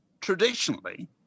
traditionally